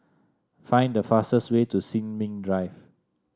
find the fastest way to Sin Ming Drive